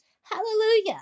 Hallelujah